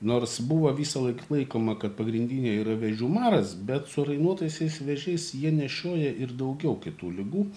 nors buvo visą laik laikoma kad pagrindinė yra vėžių maras bet su rainuotaisiais vėžiais jie nešioja ir daugiau kitų ligų